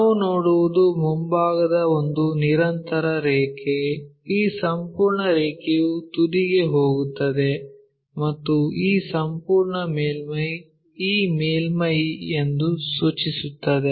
ನಾವು ನೋಡುವುದು ಮುಂಭಾಗದ ಒಂದು ನಿರಂತರ ರೇಖೆ ಈ ಸಂಪೂರ್ಣ ರೇಖೆಯು ತುದಿಗೆ ಹೋಗುತ್ತದೆ ಮತ್ತು ಈ ಸಂಪೂರ್ಣ ಮೇಲ್ಮೈ ಈ ಮೇಲ್ಮೈ ಎಂದು ಸೂಚಿಸುತ್ತದೆ